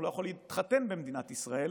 הוא לא יכול להתחתן במדינת ישראל